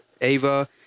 Ava